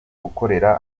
gukorera